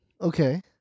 Okay